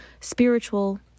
spiritual